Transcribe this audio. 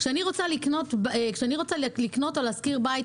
כשאני רוצה לקנות או להשכיר בית,